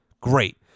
Great